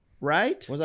Right